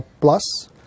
plus